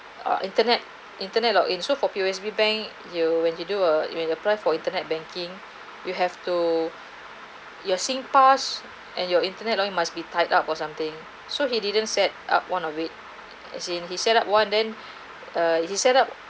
uh internet internet log in so for P_O_S_B bank you when you do a when you apply for internet banking you have to your SingPass and your internet line must be tied up or something so he didn't set up one of it as in he set one then err he set up